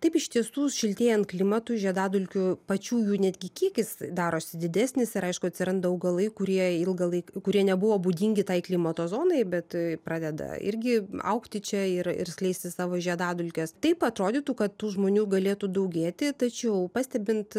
taip iš tiestų šiltėjant klimatui žiedadulkių pačių jų netgi kiekis darosi didesnis ir aišku atsiranda augalai kurie ilgą laiką kurie nebuvo būdingi tai klimato zonai bet pradeda irgi augti čia ir ir skleisti savo žiedadulkes taip atrodytų kad tų žmonių galėtų daugėti tačiau pastebint